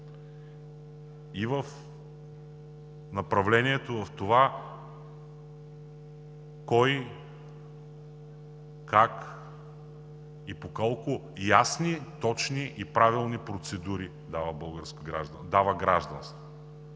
и в направлението кой, как и по колко ясни, точни и правилни процедури дава гражданство.